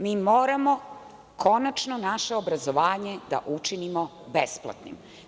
Mi moramo konačno naše obrazovanje da učinimo besplatnim.